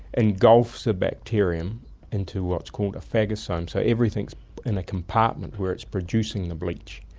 engulfs a bacterium into what's called a phagosome. so everything is in a compartment where it's producing the bleach.